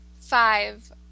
five